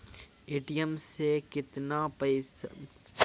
ATM से कैतना बार चार्ज नैय कटै छै?